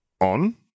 On